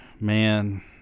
man